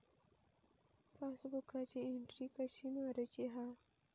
पासबुकाची एन्ट्री कशी मारुची हा?